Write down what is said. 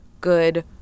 good